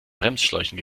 bremsschläuchen